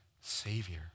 savior